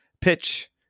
Pitch